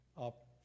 up